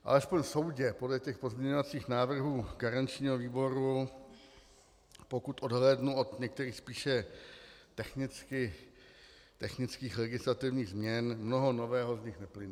Alespoň soudě podle těch pozměňovacích návrhů garančního výboru, pokud odhlédnu od některých spíše technických legislativních změn, mnoho nového z nich neprojde.